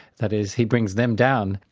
that is, he brings them down,